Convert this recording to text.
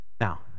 Now